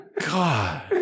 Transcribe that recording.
God